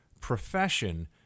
profession